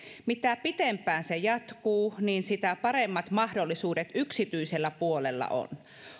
mitä pitempään se jatkuu niin sitä paremmat mahdollisuudet yksityisellä puolella on